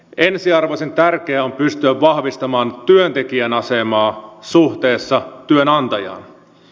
ensiarvoisen tärkeää on pystyä vahvistamaan työntekijän asemaa suhteessa työnantajaan